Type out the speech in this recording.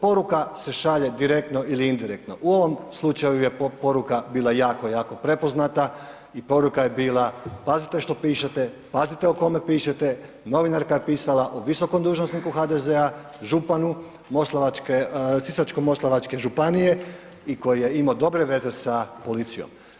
Poruka se šalje direktno ili indirektno, u ovom slučaju je poruka bila jako, jako prepoznata i poruka je bila, pazite što pišete, pazite o kome pišete, novinarka je pisala o visokom dužnosniku HDZ-a, županu sisačko-moslavačke županije i koji je imao dobre veze sa policijom.